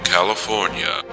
California